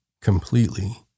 completely